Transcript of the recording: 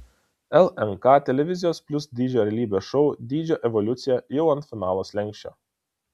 lnk televizijos plius dydžio realybės šou dydžio evoliucija jau ant finalo slenksčio